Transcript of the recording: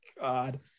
God